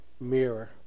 mirror